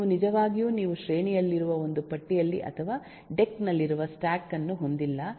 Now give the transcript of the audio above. ನೀವು ನಿಜವಾಗಿಯೂ ನೀವು ಶ್ರೇಣಿಯಲ್ಲಿರುವ ಒಂದು ಪಟ್ಟಿಯಲ್ಲಿ ಅಥವಾ ಡೆಕ್ ನಲ್ಲಿರುವ ಸ್ಟಾಕ್ ಅನ್ನು ಹೊಂದಿಲ್ಲ